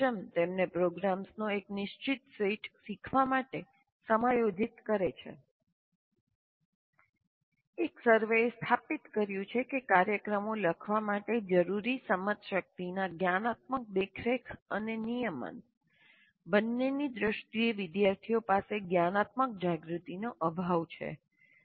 કોઈક સિસ્ટમ તેમને પ્રોગ્રામ્સનો એક નિશ્ચિત સેટ શીખવા માટે સમાયોજિત કરે છે એક સર્વેએ સ્થાપિત કર્યું છે કે કાર્યક્રમો લખવા માટે જરૂરી સમજશક્તિના જ્ઞાનાત્મક દેખરેખ અને નિયમન દેખરેખ અને નિયંત્રણ બંનેની દ્રષ્ટિએ વિદ્યાર્થીઓ પાસે જ્ઞાનાત્મક જાગૃતિનો અભાવ છે